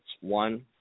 One